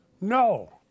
No